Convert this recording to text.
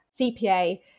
CPA